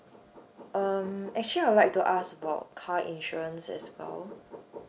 um actually I would like to ask about car insurance as well